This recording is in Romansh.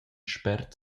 spert